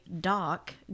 Doc